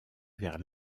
vers